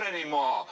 anymore